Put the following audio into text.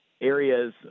areas